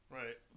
right